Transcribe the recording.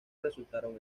resultaron